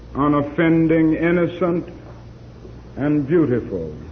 non-offending innocent and beautiful,